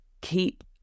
keep